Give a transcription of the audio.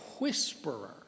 whisperer